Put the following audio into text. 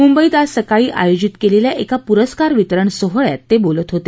मुंबईत आज सकाळी आयोजित केलेल्या एका पुरस्कार वितरण सोहळ्यात ते बोलत होते